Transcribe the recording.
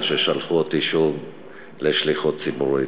על ששלחו אותי שוב לשליחות ציבורית.